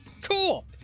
Cool